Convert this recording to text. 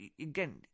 Again